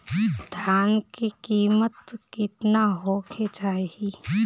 धान के किमत केतना होखे चाही?